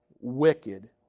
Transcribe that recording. wicked